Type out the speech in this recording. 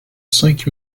cinq